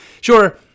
sure